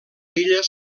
illes